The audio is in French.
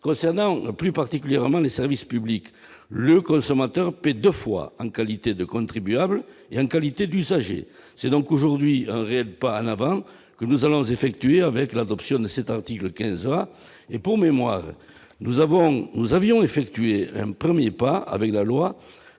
concernant plus particulièrement les services publics, le consommateur paie 2 fois en qualité de contribuable il y a une qualité d'usagers c'est donc aujourd'hui un réel mais pas à n'avoir que nous allons effectuer, avec l'adoption de cet article 15 heures et pour mémoire, nous avons, nous avions effectué un 1er pas avec la loi